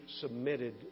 submitted